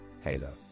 Halo